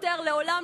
לעולם,